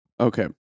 Okay